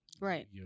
Right